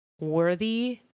worthy